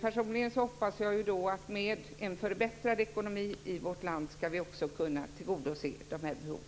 Personligen hoppas jag att med en förbättrad ekonomi i vårt land skall vi också kunna tillgodose dessa behov.